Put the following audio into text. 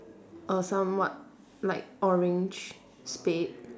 a somewhat light orange spade